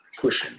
pushing